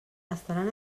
estaran